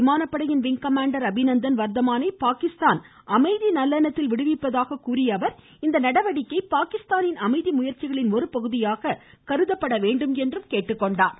இந்திய விமானப்படையின் wing commander Abhinandan வர்தமானை பாகிஸ்தான் அமைதி நல்லெண்ணத்தில் விடுவிப்பதாக கூறிய அவர் இந்த நடவடிக்கை பாகிஸ்தானின் அமைதி முயற்சிகளின் ஒருபகுதியாக கருதப்பட வேண்டும் என்று கேட்டுக்கொண்டாா்